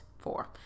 four